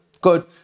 Good